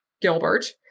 gilbert